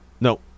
no